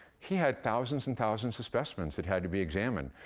he had thousands and thousands of specimens that had to be examined,